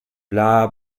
bla